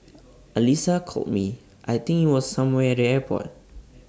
Alyssa called me I think IT was somewhere at the airport